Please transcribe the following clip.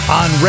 on